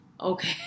Okay